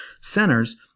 centers